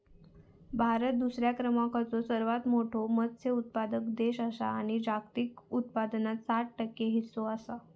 भारत दुसऱ्या क्रमांकाचो सर्वात मोठो मत्स्य उत्पादक देश आसा आणि जागतिक उत्पादनात सात टक्के हीस्सो आसा